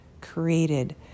created